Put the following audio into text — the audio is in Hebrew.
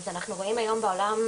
אז אנחנו רואים היום בעולם,